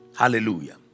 hallelujah